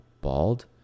bald